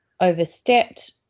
overstepped